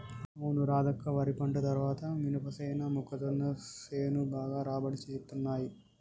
అవును రాధక్క వరి పంట తర్వాత మినపసేను మొక్కజొన్న సేను బాగా రాబడి తేత్తున్నయ్